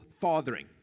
fathering